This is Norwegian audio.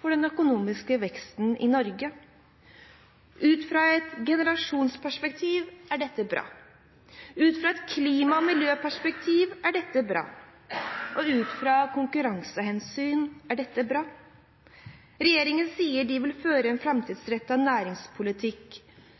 for den økonomiske veksten i Norge. Ut fra et generasjonsperspektiv er dette bra. Ut fra et klima- og miljøperspektiv er dette bra. Og ut fra konkurransehensyn er dette bra. Regjeringen sier den vil føre en framtidsrettet næringspolitikk,